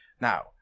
Now